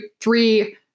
three